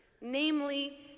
namely